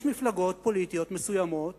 יש מפלגות פוליטיות מסוימות